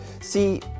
See